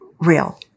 real